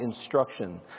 instruction